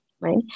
right